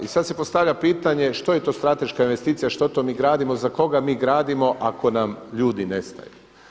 I sada se postavlja pitanje, što je to strateška investicija, što to mi gradimo, za koga mi gradimo ako nam ljudi nestaju.